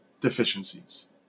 deficiencies